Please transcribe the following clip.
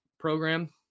program